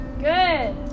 good